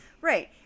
Right